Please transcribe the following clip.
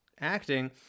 acting